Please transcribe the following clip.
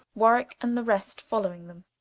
warwicke and the rest following them.